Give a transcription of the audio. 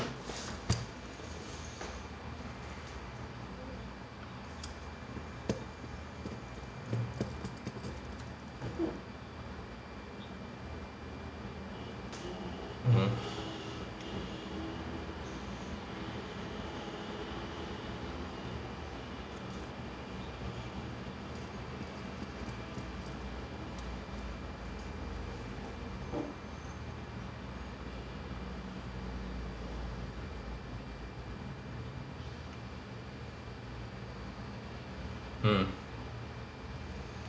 mmhmm mm